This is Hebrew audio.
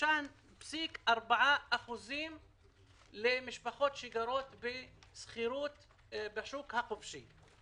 ל-3.4% משפחות שגרות בשכירות בשוק החופשי.